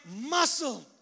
muscle